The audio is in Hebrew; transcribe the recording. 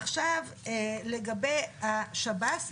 עכשיו לגבי השב"ס,